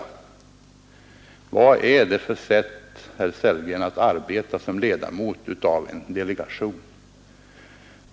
Vad är det för sätt, herr Sellgren, att arbeta på som ledamot av en delegation.